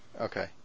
Okay